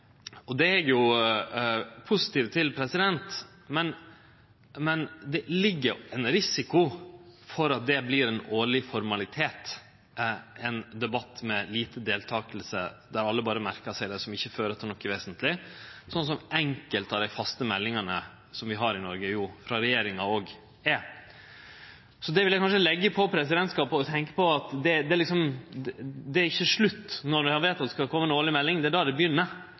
virke. Det kom jo fram av mandatet, men det er òg veldig viktig at det vert følgt opp av dei som skal jobbe der. Så skal ein gje ei årleg melding i Stortinget, og det er eg positiv til. Men her ligg det ein risiko for at det vert ein årleg formalitet, ein debatt med lite deltaking, der alle berre merkar seg det som ikkje fører til noko vesentleg, slik som enkelte av dei faste meldingane som vi har i Noreg frå regjeringa, òg er. Så det vil eg kanskje leggje på presidentskapet å tenkje på – det er